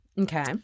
Okay